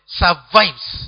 survives